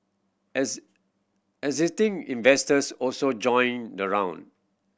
existing investors also joined the round